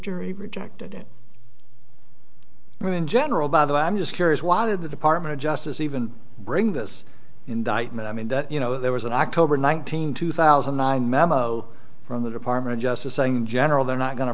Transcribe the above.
jury rejected it well in general by the way i'm just curious why the department of justice even bring this indictment i mean that you know there was an october nineteenth two thousand imam zero from the department of justice saying in general they're not going to